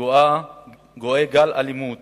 גואה גל אלימות